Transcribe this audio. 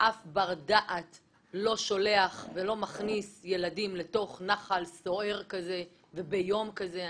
אף בר דעת לא שולח או מכניס ילדים לתוך נחל סוער כזה וביום כזה.